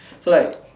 so like